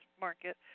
market